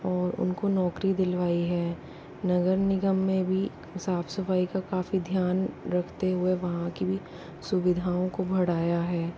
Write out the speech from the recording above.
और उनको नौकरी दिलवाई है नगर निगम में भी साफ सफाई का काफी ध्यान रखते हुए वहाँ की भी सुविधाओं को बढ़ाया है